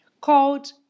called